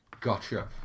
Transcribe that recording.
Gotcha